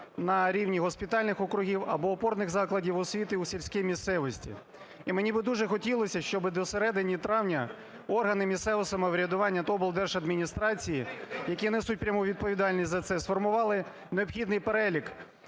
на рівні госпітальних округів або опорних закладів освіти у сільській місцевості. І мені би дуже хотілося, щоби до середини травня органи місцевого самоврядування та облдержадміністрації, які несуть пряму відповідальність за це, сформували необхідний перелік